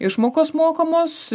išmokos mokamos